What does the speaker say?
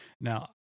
Now